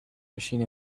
machine